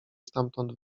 stamtąd